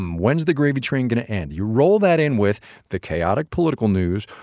um when's the gravy train going to end? you roll that in with the chaotic political news.